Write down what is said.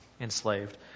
enslaved